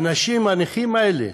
האנשים הנכים האלה,